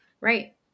Right